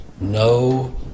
no